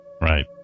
Right